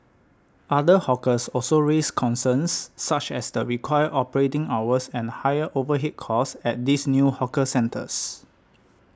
other hawkers also raised concerns such as the required operating hours and higher overhead costs at these new hawker centres